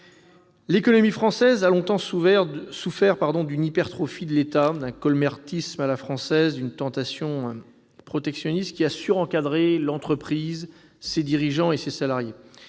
L'économie française a longtemps souffert d'une hypertrophie de l'État, d'un colbertisme à la française, d'une tentation protectionniste, qui a surencadré l'entreprise, ses dirigeants et ses salariés.